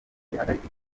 ihagaritswe